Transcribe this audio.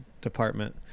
department